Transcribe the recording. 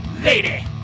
Lady